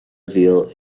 reveal